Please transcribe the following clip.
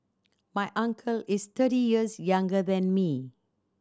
my uncle is thirty years younger than me